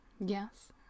Yes